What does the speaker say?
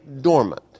dormant